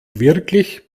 wirklich